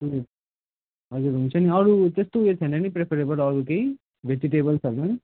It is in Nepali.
ए हजुर हुन्छ नि अरू त्यस्तो उयो छैन नि प्रेफरेबल अरू केही भजिटेबल्सहरूमा